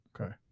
Okay